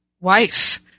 wife